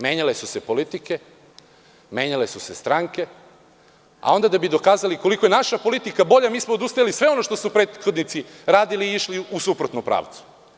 Menjale su se politike, menjale su se stranke, a onda da bi dokazali koliko je naša politika bolja mi smo odustajali od svega onog što su prethodnici radili i išli u suprotnom pravcu.